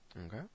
Okay